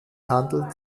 handelt